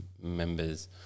members